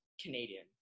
canadian